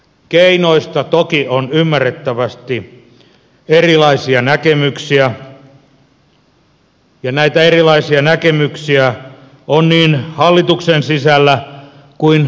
keinoista toki on ymmärrettävästi erilaisia näkemyksiä ja näitä erilaisia näkemyksiä on niin hallituksen sisällä kuin oppositionkin sisällä